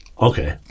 okay